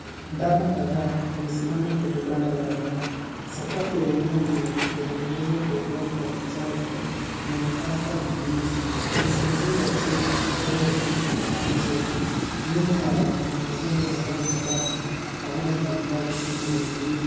Ndama kadhaa, wamesimama kwenye banda la wanyama. Sakafu ya eneo hilo, imetengenezwa kwa udongo wa kichaja na imepakwa na kinyesi. Kuna uzio wa chuma, unaowazunguka kwa pande zote. Nyuma yao, kuna majengo ya mbao na bati, pamoja na vifaa vingine vya kilimo.